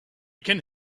can